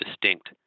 distinct